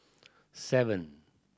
seven